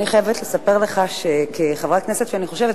אני חייבת לספר לך שכחברת כנסת שאני חושבת,